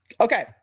okay